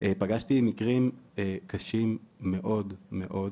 פגשתי מקרים קשים מאוד מאוד,